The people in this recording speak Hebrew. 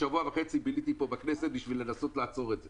שבוע וחצי ביליתי בכנסת בשביל לנסות לעצור את זה,